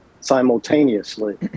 simultaneously